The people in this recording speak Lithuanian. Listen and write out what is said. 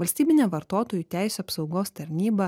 valstybinė vartotojų teisių apsaugos tarnyba